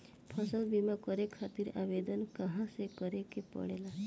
फसल बीमा करे खातिर आवेदन कहाँसे करे के पड़ेला?